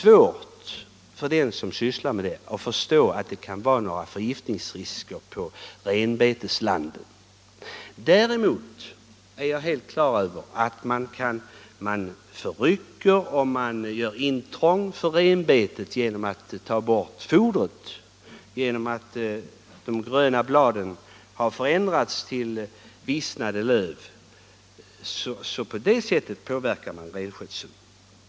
Det är därför svårt att förstå att det skulle kunna vara några förgiftningsrisker i renbeteslanden. Däremot är jag helt på det klara med att man genom besprutning med fenoxisyror gör intrång på renbetet på så sätt att man tar bort fodret; genom besprutningen förändras de gröna bladen till vissnade löv. På det sättet påverkar besprutningen renskötseln.